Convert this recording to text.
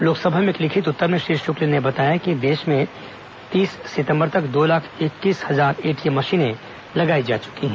लोकसभा में एक लिखित उत्तर में श्री शुक्ला ने कहा कि देश में तीस सितंबर तक दो लाख इक्कीस हजार एटीएम मशीनें लगाई जा चुकी हैं